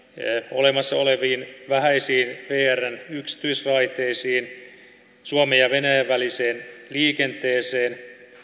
olemassa oleviin vähäisiin vrn yksityisraiteisiin suomen ja venäjän väliseen liikenteeseen